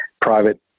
private